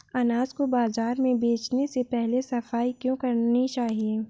अनाज को बाजार में बेचने से पहले सफाई क्यो करानी चाहिए?